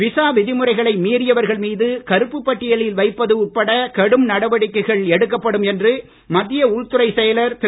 visa விதிமுறைகளை மீறியவர்கள் மீது கருப்புப் பட்டியலில் வைப்பது உட்பட கடும் நடவடிக்கைகள் எடுக்கப்படும் என்று மத்திய உள்துறை செயலர் திரு